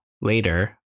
later